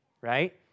right